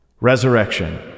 resurrection